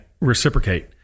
reciprocate